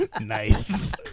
Nice